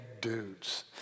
dudes